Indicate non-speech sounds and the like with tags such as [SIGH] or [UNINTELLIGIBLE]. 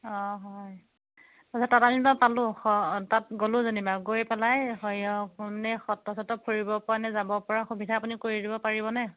অঁ হয় তাৰপিছত তাত আমি যেনিবা পালোঁ তাত গ'লো যেনিবা গৈ পেলাই [UNINTELLIGIBLE] এনেই সত্ৰ চত ফুৰিব পৰা এনেই যাব পৰা সুবিধা আপুনি কৰি দিব পাৰিবনে